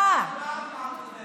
השראה, יש תורה אחת, אמרת.